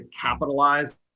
capitalize